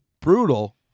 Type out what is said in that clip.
Brutal